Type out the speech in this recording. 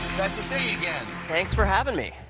again. thanks for having me.